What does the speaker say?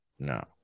no